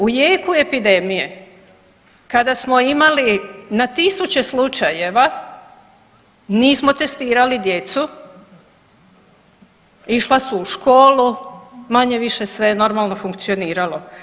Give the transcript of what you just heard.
U jeku epidemije kada smo imali na tisuće slučajeva nismo testirali djecu, išla su u školu, manje-više sve je normalno funkcioniralo.